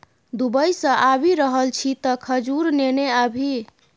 Dubai सँ आबि रहल छी तँ खजूर नेने आबिहे